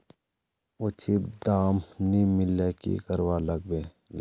उचित दाम नि मिलले की करवार लगे?